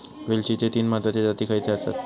वेलचीचे तीन महत्वाचे जाती खयचे आसत?